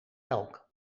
elk